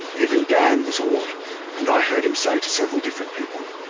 even dan was awed and i heard him say to several different people,